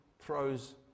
throws